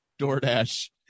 Doordash